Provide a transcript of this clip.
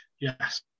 Yes